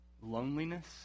Loneliness